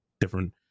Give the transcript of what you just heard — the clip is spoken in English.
different